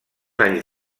anys